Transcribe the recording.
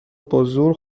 بازور